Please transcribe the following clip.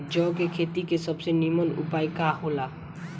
जौ के खेती के सबसे नीमन उपाय का हो ला?